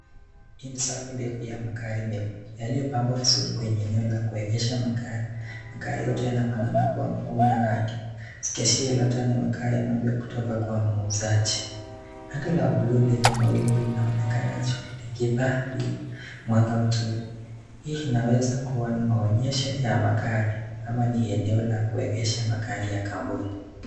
Hii ni safu ndefu ya magari meupe yaliyopangwa vizuri kwenye eneo la kuegesha magari , magari yote yanafanana kwa mfumo na rangi zikiashiria labda ni magari mapya kutoka kwa muuzaji , rangi la bluu lenye mawingu linaonekana juu likipa hii mwanga mzuri. Hii inaweza kuwa ni maonyesho ya magari ama ni eneo la kuegesha magari ya kampuni.